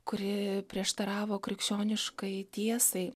kuri prieštaravo krikščioniškai tiesai